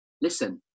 listen